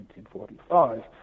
1945